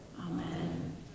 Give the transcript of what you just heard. Amen